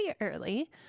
early